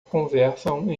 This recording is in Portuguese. conversam